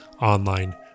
online